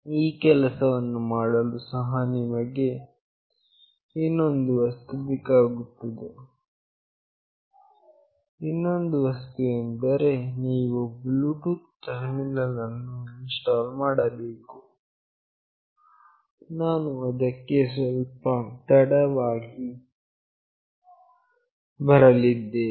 ಈ ಕೆಲಸವನ್ನು ಮಾಡಲು ಸಹ ನಿಮಗೆ ಇನ್ನೊಂದು ವಸ್ತು ಬೇಕಾಗುತ್ತದೆ ಇನ್ನೊಂದು ವಸ್ತು ಎಂದರೆ ನೀವು ಬ್ಲೂಟೂತ್ ಟರ್ಮಿನಲ್ ಅನ್ನು ಇನ್ಸ್ಟಾಲ್ ಮಾಡಬೇಕು ನಾನು ಅದಕ್ಕೆ ಸ್ವಲ್ಪ ತಡವಾಗಿ ಬರಲಿದ್ದೇನೆ